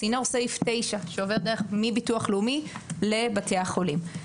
צינור סעיף 9 שעובר מביטוח לאומי לבתי החולים.